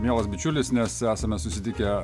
mielas bičiulis nes esame susitikę